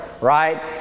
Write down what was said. right